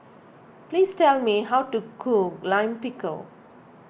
please tell me how to cook Lime Pickle